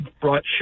brought